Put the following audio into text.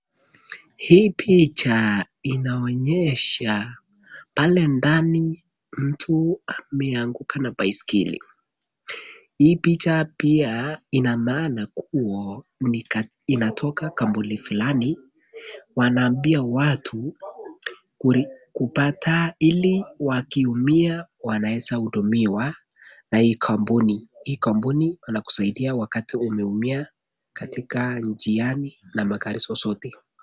Hii picha inaonyesha pale ndani mtu ameanguka na baiskeli. Hii picha pia ina maana kuwa inatoka kampuni fulani wanaambia watu, kupata ili wakiumia wanaeza hudumuwa na hii kampuni. Hii kampuni wanakusaidia wakati umeumia katika njiani na magari zozote.